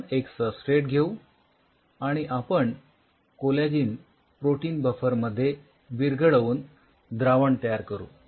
आपण एक सबस्ट्रेट घेऊ आणि आपण कोलॅजिन प्रोटीन बफर मध्ये विरघळवून द्रावण तयार करू